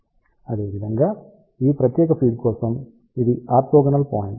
అదేవిధంగా ఈ ప్రత్యేక ఫీడ్ కోసం ఇది ఆర్తోగోనల్ పాయింట్